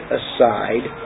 aside